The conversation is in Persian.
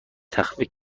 تخفیف